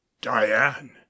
diane